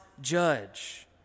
judge